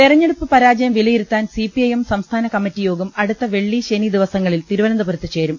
തെരഞ്ഞെടുപ്പ് പരാജയം വിലയിരുത്താൻ സിപിഐഎം സംസ്ഥാന കമ്മിറ്റി യോഗം അടുത്ത വെള്ളി ശനി ദിവസങ്ങളിൽ തിരുവനന്തപുരത്ത് ചേരും